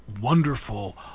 wonderful